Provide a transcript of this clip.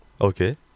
Okay